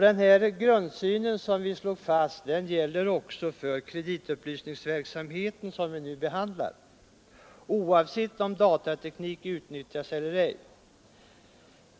Den här grundsynen som vi slog fast gäller också för kreditupplysningsverksamheten som vi nu behandlar, oavsett om datateknik utnyttjas eller ej.